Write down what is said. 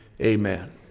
amen